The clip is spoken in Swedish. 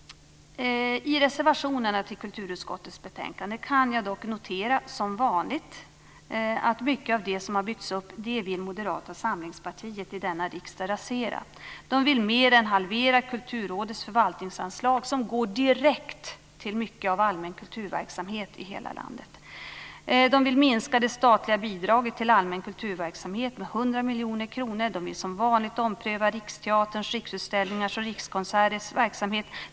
I reservationerna till kulturutskottets betänkande kan jag dock som vanligt notera att mycket av det som har byggts upp vill Moderata samlingspartiet i denna riksdag rasera. De vill mer än halvera Kulturrådets förvaltningsanslag, som går direkt till mycket av allmän kulturverksamhet i hela landet. De vill minska det statliga bidraget till allmän kulturverksamhet med 100 miljoner kronor. De vill som vanligt ompröva Riksteaterns, Riksutställningars och Rikskonserters verksamhet.